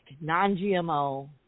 non-GMO